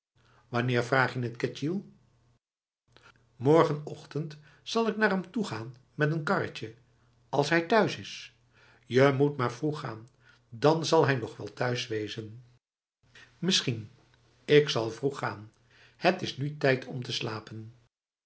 vraag je het ketjil morgenochtend zal ik naar hem toegaan met een karretje als hij thuis is je moet maar vroeg gaan dan zal hij nog wel thuis wezenf misschien ik zal vroeg gaan het is nu tijd om te slapen